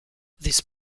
these